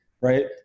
right